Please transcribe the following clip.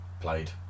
played